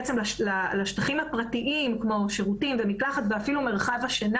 בעצם לשטחים הפרטיים כמו שירותים ומקלחת ואפילו מרחב השינה.